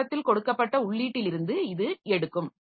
ஆரம்பத்தில் கொடுக்கப்பட்ட உள்ளீட்டிலிருந்து இது எடுக்கும்